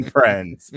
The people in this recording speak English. Friends